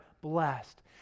blessed